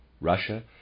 Russia